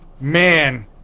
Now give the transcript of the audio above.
Man